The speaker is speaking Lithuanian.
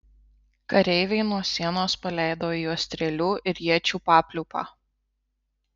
kareiviai nuo sienos paleido į juos strėlių ir iečių papliūpą